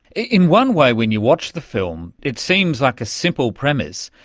in one way when you watch the film it seems like a simple premise,